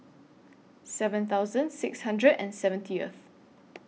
seven thousand six hundred and seventieth